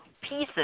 pieces